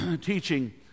Teaching